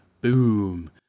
boom